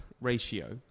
Ratio